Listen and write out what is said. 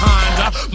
Honda